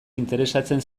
interesatzen